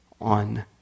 on